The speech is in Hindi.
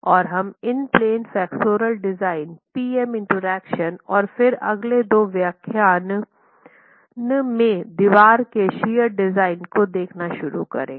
और हम in plane flexural design P M interaction और फिर अगले दो व्याख्यान में दीवार के शियर डिज़ाइन को देखना शुरू करेंगे